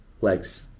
legs